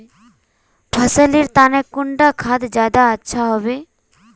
फसल लेर तने कुंडा खाद ज्यादा अच्छा हेवै?